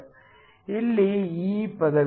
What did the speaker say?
ಇಲ್ಲಿ E ಪದವಿದೆ